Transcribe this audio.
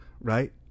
right